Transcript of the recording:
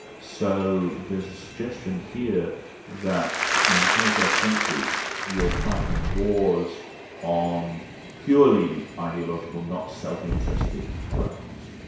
so there's a suggestion here that in the twenty first century you're fighting wars on purely ideological, not self-interested grounds.